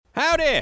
Howdy